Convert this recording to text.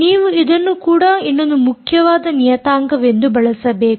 ನೀವು ಇದನ್ನು ಕೂಡ ಇನ್ನೊಂದು ಮುಖ್ಯವಾದ ನಿಯತಾಂಕವೆಂದು ಬಳಸಬೇಕು